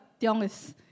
Tiong